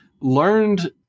learned